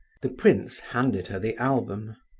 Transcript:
the prince handed her the album.